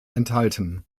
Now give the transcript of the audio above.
enthalten